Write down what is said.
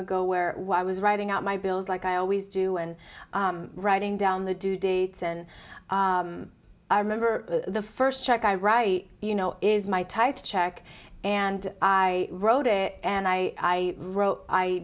ago where i was writing out my bills like i always do and writing down the due dates and i remember the first check i write you know is my type check and i wrote it and i wrote i